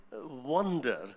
wonder